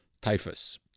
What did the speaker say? typhus